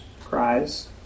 cries